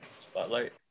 spotlight